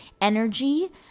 energy